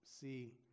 see